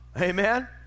amen